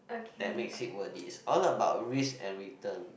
that makes it worth it is all about risk and return